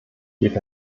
geht